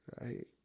right